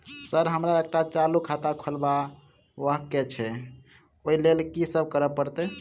Sir हमरा एकटा चालू खाता खोलबाबह केँ छै ओई लेल की सब करऽ परतै?